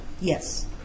Yes